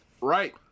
Right